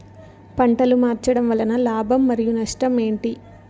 పంటలు మార్చడం వలన లాభం మరియు నష్టం ఏంటి